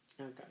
Okay